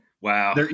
Wow